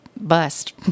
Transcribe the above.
bust